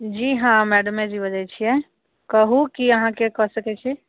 जी हँ मैडमजी बजैत छियै कहू की अहाँकेँ कऽ सकैत छी